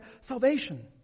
salvation